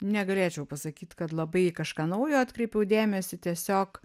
negalėčiau pasakyt kad labai į kažką naujo atkreipiau dėmesį tiesiog